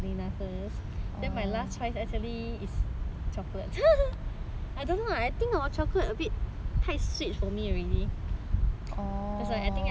actually is chocolate I don't know lah I think hor chocolate a bit 太 sweet for me already that's why I think 我走健康路线 that's why everything